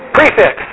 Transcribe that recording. Prefix